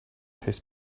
his